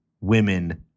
women